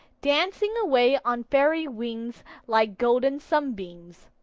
dancing away on fairy wings like golden sunbeams.